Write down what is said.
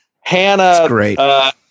Hannah